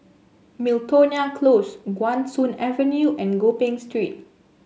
Miltonia Close Guan Soon Avenue and Gopeng Street